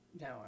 No